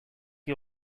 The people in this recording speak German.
die